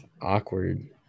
awkward